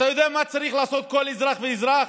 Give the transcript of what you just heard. אתה יודע מה צריך לעשות כל אזרח ואזרח?